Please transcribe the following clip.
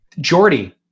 Jordy